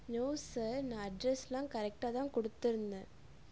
no sir நான் அட்ரஸ்லாம் கரெக்டாக தான் கொடுத்துருந்தேன்